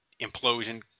implosion